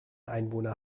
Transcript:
einwohner